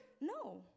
no